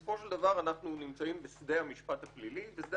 בסופו של דבר אנחנו נמצאים בשדה המשפט הפלילי ושדה